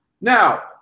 now